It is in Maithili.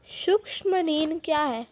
सुक्ष्म ऋण क्या हैं?